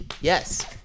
Yes